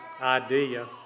idea